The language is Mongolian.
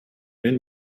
энэ